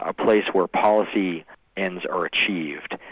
ah place where policy ends are achieved,